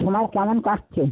তোমার কেমন কাটছে